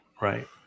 Right